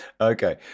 okay